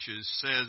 says